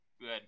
Good